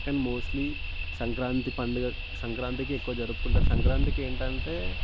కానీ మోస్ట్లీ సంక్రాంతి పండుగ సంక్రాంతికి ఎక్కువ జరుపుకుంటారు సంక్రాంతికి ఏంటంటే